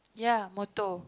ya motto